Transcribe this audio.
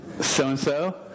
so-and-so